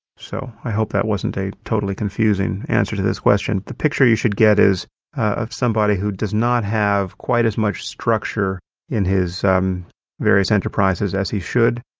so i hope that wasn't a totally confusing answer to this question. the picture you should get is of somebody who does not have quite as much structure in his um various enterprises as he should,